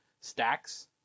stacks